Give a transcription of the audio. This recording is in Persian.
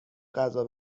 غذا